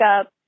up